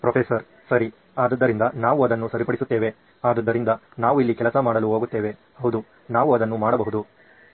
professor ಸರಿ ಆದ್ದರಿಂದ ನಾವು ಅದನ್ನು ಸರಿಪಡಿಸುತ್ತೇವೆ ಆದ್ದರಿಂದ ನಾವು ಇಲ್ಲಿ ಕೆಲಸ ಮಾಡಲು ಹೋಗುತ್ತೇವೆ ಹೌದು ನಾವು ಅದನ್ನು ಮಾಡಬಹುದು